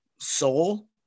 soul